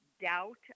doubt